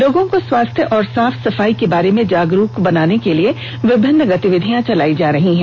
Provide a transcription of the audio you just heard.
लोगों को स्वास्थ्य और साफ सफाई के बारे में जागरूक बनाने के लिए विभिन्नि गतिविधियां चलाई जा रही है